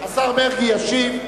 השר מרגי ישיב.